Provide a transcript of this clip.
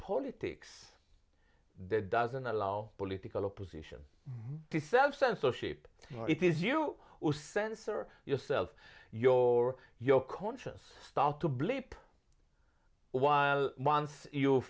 politics that doesn't allow political opposition to self censorship it is you who censor yourself your your conscience start to bleep while once you